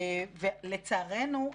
לצערנו,